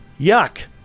Yuck